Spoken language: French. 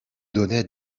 donnais